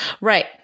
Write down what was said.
Right